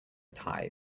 tie